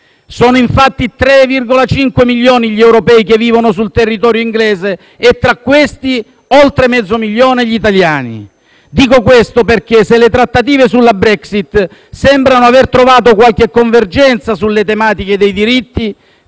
Sono infatti 3,5 milioni gli europei che vivono sul territorio inglese e, tra questi, oltre mezzo milione gli italiani. Dico questo perché se le trattative sulla Brexit sembrano aver trovato qualche convergenza sulle tematiche dei diritti,